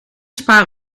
spa